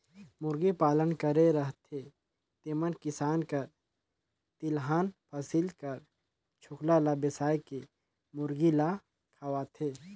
मुरगी पालन करे रहथें तेमन किसान कर तिलहन फसिल कर छोकला ल बेसाए के मुरगी ल खवाथें